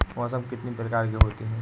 मौसम कितनी प्रकार के होते हैं?